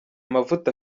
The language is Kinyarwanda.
mavuta